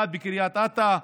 אחד בקריית אתא,